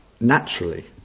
naturally